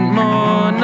more